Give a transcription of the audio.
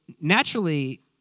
naturally